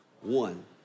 One